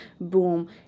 boom